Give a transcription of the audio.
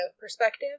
perspective